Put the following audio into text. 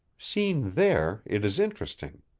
seen there, it is interesting,